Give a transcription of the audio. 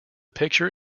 picture